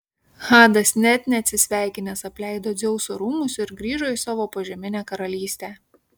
hadas net neatsisveikinęs apleido dzeuso rūmus ir grįžo į savo požeminę karalystę